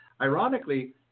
Ironically